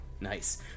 Nice